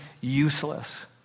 useless